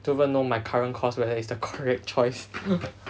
don't even know my current course whether is the correct choice